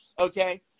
Okay